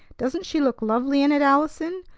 doesn't she look lovely in it, allison?